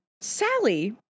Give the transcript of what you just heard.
Sally